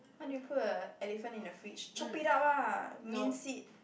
how do you put a elephant in the fridge chop it up ah mince it